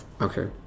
Okay